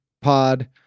Pod